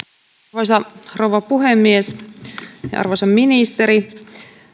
arvoisa rouva puhemies arvoisa ministeri